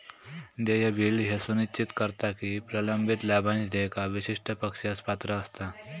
देय बिल ह्या सुनिश्चित करता की प्रलंबित लाभांश देयका विशिष्ट पक्षास पात्र असता